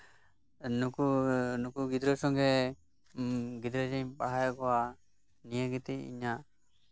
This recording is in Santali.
ᱱᱩᱠᱩ ᱱᱩᱠᱩ ᱜᱤᱫᱽᱨᱟᱹ ᱥᱚᱝᱜᱮ ᱜᱤᱫᱽᱨᱟᱹ ᱡᱮᱧ ᱯᱟᱲᱦᱟᱣ ᱮᱜ ᱠᱚᱣᱟ ᱱᱤᱭᱟᱹ ᱜᱮᱛᱤᱧ ᱤᱧᱟᱜ